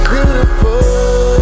Beautiful